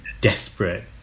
desperate